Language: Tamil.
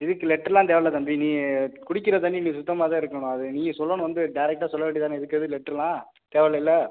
இதுக்கு லெட்டெருலாம் தேவையில்ல தம்பி நீ குடிக்கிற தண்ணி நீர் சுத்தமாக தான் இருக்கணும் அது நீங்கள் சொல்லணும் வந்து டேரக்டாக சொல்ல வேண்டியது தான இதுக்கு எதுக்கு லெட்டர்லாம் தேவையில்லல்ல